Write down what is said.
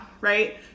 right